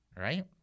Right